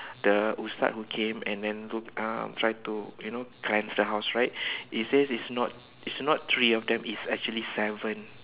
the ustaz who came and then look uh try to you know cleanse the house right he says it's not it's not three of them it's actually seven